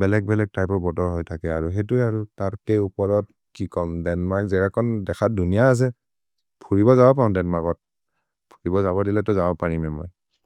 बेलेक्-बेलेक् त्य्पे होइ बोतर् होइ तके। अरो हेतु अरु तर्के उपरोत् किकोम् दन्मर्क् जेगकोन् देख दुन्य असे।